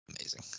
Amazing